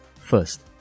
first